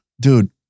Dude